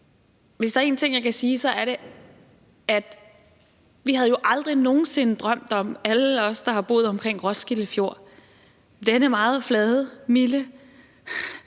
hvis der er en ting, jeg kan sige, så er det, at vi jo aldrig nogen sinde havde drømt om og troet, alle os, der har boet omkring Roskilde Fjord, denne meget flade, milde